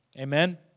Amen